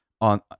on